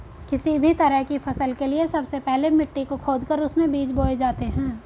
किसी भी तरह की फसल के लिए सबसे पहले मिट्टी को खोदकर उसमें बीज बोए जाते हैं